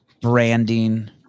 branding